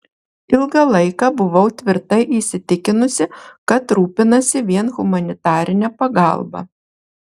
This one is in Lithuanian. ilgą laiką buvau tvirtai įsitikinusi kad rūpinasi vien humanitarine pagalba